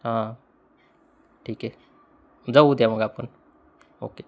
हां ठीक आहे जाऊ उद्या मग आपण ओके